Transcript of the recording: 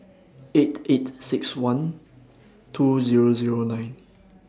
eight eight six one two Zero Zero nine